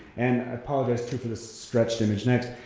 and i apologize too for this stretched image next.